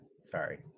Sorry